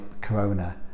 Corona